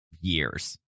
years